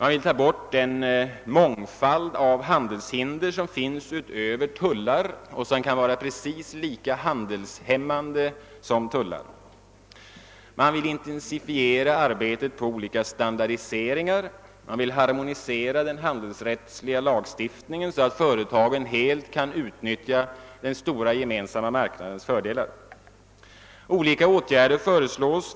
Man vill ta bort den mångfald av handelshinder som finns utöver tullar och som kan vara minst lika handelshämmande som tullar. Man vill intensifiera arbetet på olika standardiseringar. Man vill harmonisera den handelsrättsliga lagstiftningen, så att företagen helt kan utnyttja den stora gemensamma marknadens fördelar. Olika åtgärder för